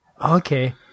Okay